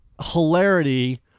hilarity